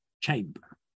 chamber